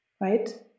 Right